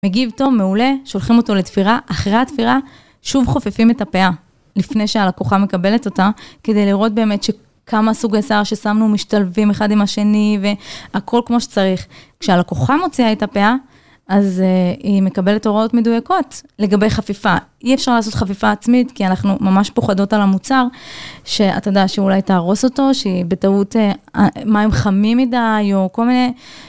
מגיב טוב מעולה, שולחים אותו לתפירה, אחרי התפירה שוב חופפים את הפאה, לפני שהלקוחה מקבלת אותה, כדי לראות באמת שכמה סוגי שיער ששמנו משתלבים אחד עם השני והכל כמו שצריך. כשהלקוחה מוציאה את הפאה, אז היא מקבלת הוראות מדויקות. לגבי חפיפה, אי אפשר לעשות חפיפה עצמית, כי אנחנו ממש פוחדות על המוצר, שאתה יודע שהיא אולי תהרוס אותו, שהיא בטעות מים חמים מדי, או כל מיני...